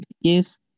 Yes